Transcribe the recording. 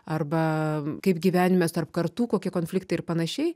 arba kaip gyvenimas tarp kartų kokie konfliktai ir panašiai